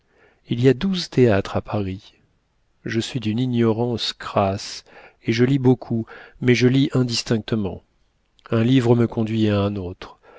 il y a douze théâtres à paris je suis d'une ignorance crasse et je lis beaucoup mais je lis indistinctement un livre me conduit à un autre